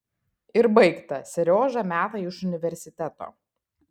ir baigta seriožą meta iš universiteto